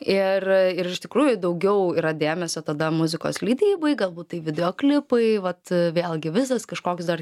ir ir iš tikrųjų daugiau yra dėmesio tada muzikos leidybai galbūt tai videoklipai vat vėlgi visas kažkoks dar